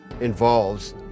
involves